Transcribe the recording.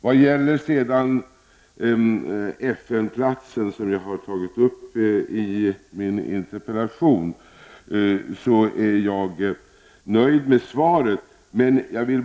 Vad sedan gäller Cambodjas representation i FN, vilket jag tagit upp i min interpellation, är jag nöjd med svaret.